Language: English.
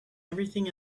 everything